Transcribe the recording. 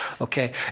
okay